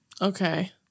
okay